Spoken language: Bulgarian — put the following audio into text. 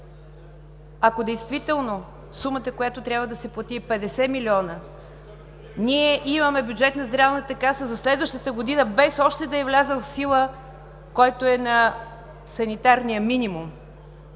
Ако действително сумата, която трябва да се плати, е 50 милиона, ние имаме бюджет на Здравната каса за следващата година, без още да е влязъл в сила, който е на санитарния минимум.